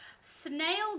Snail